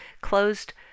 closed